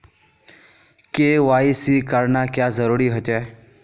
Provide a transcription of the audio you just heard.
KYC करना क्याँ जरुरी होचे?